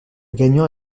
gagnant